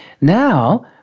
Now